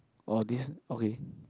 orh this okay